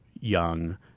young